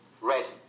Red